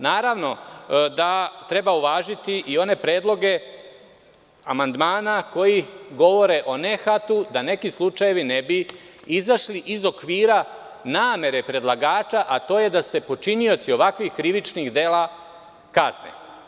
Naravno da treba uvažiti i one predloge amandmana koji govore o nehatu, da neki slučajevi ne bi izašli iz okvira namere predlagača, a to je da se počinioci ovakvih krivičnih dela kazne.